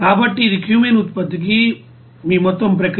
కాబట్టి ఇది క్యూమెన్ ఉత్పత్తికి మీ మొత్తం ప్రక్రియ